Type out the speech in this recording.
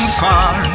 far